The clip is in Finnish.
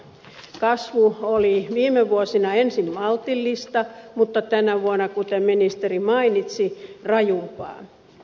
kasvu oli viime vuosina ensin maltillista mutta tänä vuonna kuten ministeri mainitsi rajumpaa